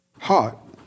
Hot